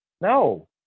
no